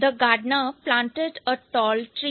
the gardener planted a tall tree